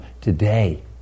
today